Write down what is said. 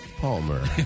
Palmer